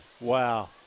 Wow